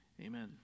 Amen